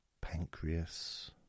pancreas